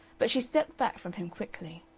but she stepped back from him quickly.